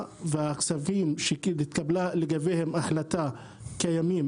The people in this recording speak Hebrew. והכספים שהתקבלה לגביהם החלטה קיימים?